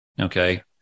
okay